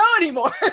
anymore